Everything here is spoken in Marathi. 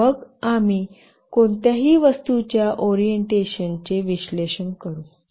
आणि मग आम्ही कोणत्याही वस्तूच्या ओरिएन्टेशनचे विश्लेषण करू